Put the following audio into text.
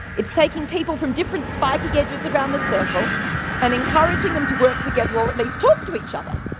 it's taking people from different spiky edges around the circle and encouraging them to work together or at least talk to each other.